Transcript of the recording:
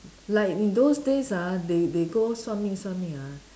like in those days ah they they go 算命算命 ah